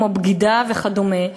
כמו בגידה וכדומה,